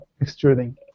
extruding